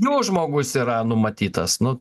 jo žmogus yra numatytas nu